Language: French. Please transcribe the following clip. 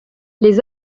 les